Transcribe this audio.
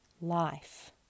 life